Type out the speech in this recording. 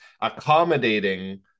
accommodating